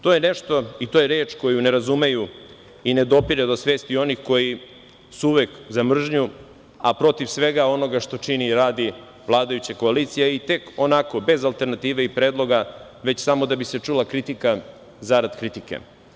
To je nešto i to je reč koju ne razumeju i ne dopire do svesti onih koji su uvek za mržnju, a protiv svega onoga što čini i radi vladajuća koalicija i tek onako, bez alternative i predloga, već samo da bi se čula kritika zarad kritike.